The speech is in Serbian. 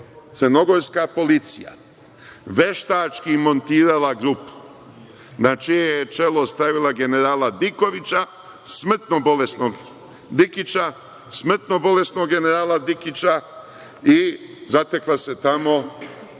crnogorska policija veštački montirala grupu na čije je čelo stavila generala Dikovića smrtno bolesnog Dikića, smrtno bolesnog generala Dikića i zatekla se tamo